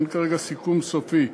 אין כרגע סיכום סופי.